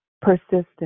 persistent